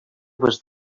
was